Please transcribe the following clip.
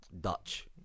Dutch